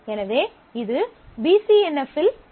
எனவே இது P C N F இல் இல்லை